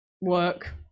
work